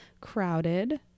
crowded